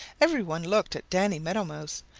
every one looked at danny meadow mouse.